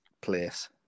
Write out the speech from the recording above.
place